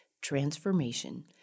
transformation